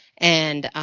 and